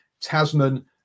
Tasman